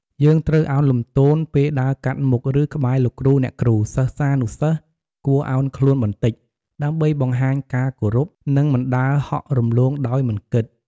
យើងត្រូវឱនលំទោន ពេលដើរកាត់មុខ ឬក្បែរលោកគ្រូ អ្នកគ្រូ សិស្សានុសិស្សគួរឱនខ្លួនបន្តិច ដើម្បីបង្ហាញការគោរព និងមិនដើរហក់រំលងដោយមិនគិត។